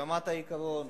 ברמת העיקרון,